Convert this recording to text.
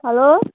हलो